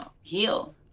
heal